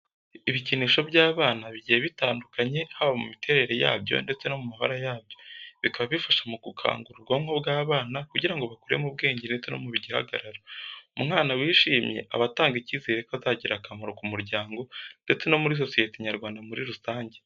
Ibikinisho by'abana bigiye bitandukanye haba mu miterere yabyo ndetse no mu mabara yabyo. Bikaba bifasha mu gukangura ubwonko bw'abana kugirango bakure mu bwenge ndetse no mu gihagararo. Umwana wishimye, aba atanga icyizere ko azagira akamaro ku muryango ndetse no muri sosiyete nyarwanda muri rusange.